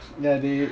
ya they